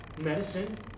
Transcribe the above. Medicine